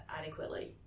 adequately